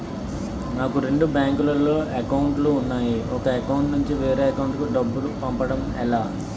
నాకు రెండు బ్యాంక్ లో లో అకౌంట్ లు ఉన్నాయి ఒక అకౌంట్ నుంచి వేరే అకౌంట్ కు డబ్బు పంపడం ఎలా?